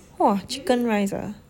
!wah! chicken rice ah